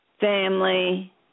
family